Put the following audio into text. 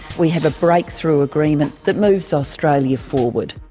we have a breakthrough agreement that moves australia forward.